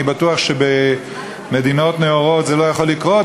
אני בטוח שבמדינות נאורות זה לא יכול לקרות,